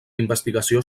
investigació